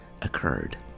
occurred